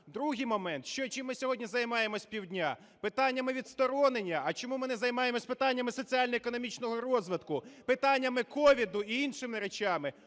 Другий момент. Чим ми сьогодні займаємося пів дня? Питаннями відсторонення. А чому ми не займаємося питаннями соціально-економічного розвитку, питаннями COVID і іншими речами?